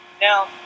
Now